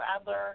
Adler